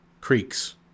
creeks